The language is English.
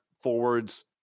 forwards